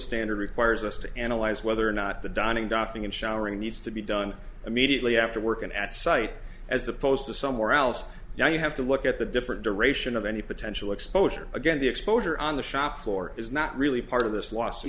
standard requires us to analyze whether or not the dining duffing in showering needs to be done immediately after working at site as opposed to somewhere else you have to look at the different duration of any potential exposure again the exposure on the shop floor is not really part